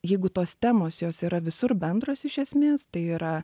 jeigu tos temos jos yra visur bendros iš esmės tai yra